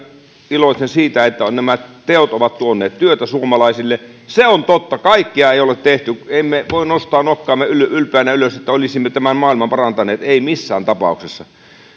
iloitsen siitä että nämä teot ovat tuoneet työtä suomalaisille se on totta kaikkea ei ole tehty emme voi nostaa nokkaamme ylpeänä ylös että olisimme tämän maailman parantaneet emme missään tapauksessa